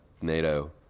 NATO